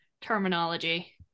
terminology